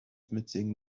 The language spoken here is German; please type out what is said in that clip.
mitsingen